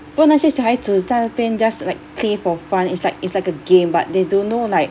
不过那些小孩子在那边 just like play for fun it's like it's like a game but they don't know like